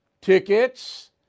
Tickets